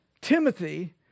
Timothy